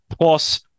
plus